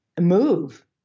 move